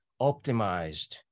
optimized